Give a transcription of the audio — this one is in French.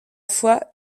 foi